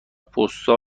پستال